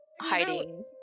hiding